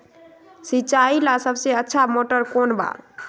सिंचाई ला सबसे अच्छा मोटर कौन बा?